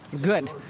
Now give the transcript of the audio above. Good